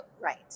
Right